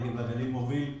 הנגב והגליל מוביל,